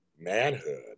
Manhood